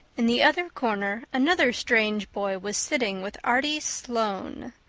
in the other corner another strange boy was sitting with arty sloane.